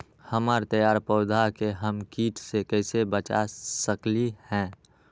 हमर तैयार पौधा के हम किट से कैसे बचा सकलि ह?